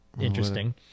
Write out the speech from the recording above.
Interesting